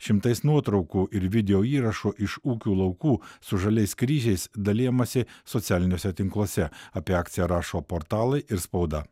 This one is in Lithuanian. šimtais nuotraukų ir videoįrašu iš ūkių laukų su žaliais kryžiais dalijamasi socialiniuose tinkluose apie akciją rašo portalai ir spauda